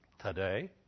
Today